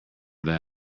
that